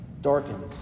darkened